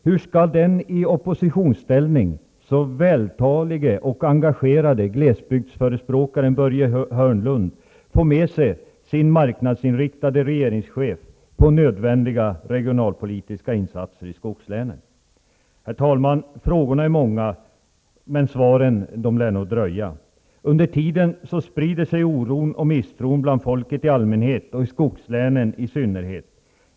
Hur skall den i oppositionsställning så vältalige och engagerade glesbygdsförespråkaren Börje Hörnlund få med sig sin marknadsinriktade regeringschef på nödvändiga regionalpolitiska insatser i skogslänen? Herr talman! Frågorna är många, men svaren lär nog dröja. Under tiden sprider sig oron och misstron bland folket i allmänhet och i skogslänen i synnerhet.